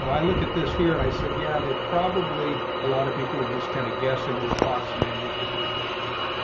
i look at this here. and i said, yeah, they probably a lot of people were just kind of guessing or approximating with your birthday was.